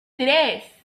tres